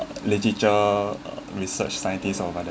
literature uh research scientist or w~